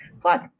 Plus